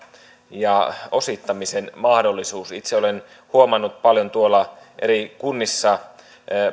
ja osittamisen mahdollisuus itse olen huomannut paljon eri kunnissa